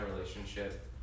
relationship